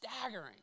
staggering